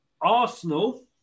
Arsenal